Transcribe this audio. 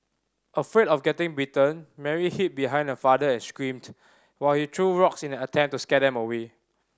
afraid of getting bitten Mary hid behind her father and screamed while he threw rocks in an attempt to scare them away